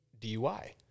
DUI